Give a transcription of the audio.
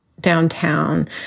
downtown